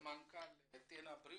רשות הדיבור למנכ"ל טנא בריאות.